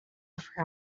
for